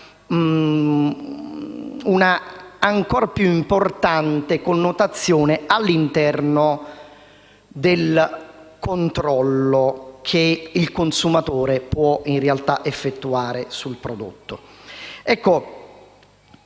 un'ancor più importante connotazione all'interno del controllo che il consumatore può effettuare sul prodotto. Perché